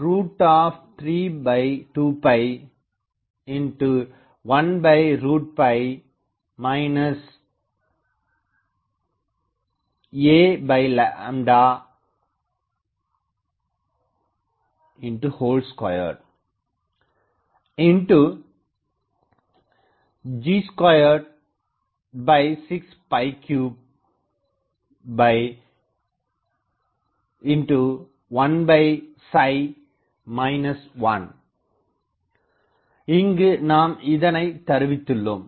2 b22 1G2321 a2G2631 1 இங்கு நாம் இதனைத் தருவித்துள்ளோம்